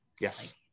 yes